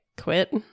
quit